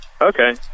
Okay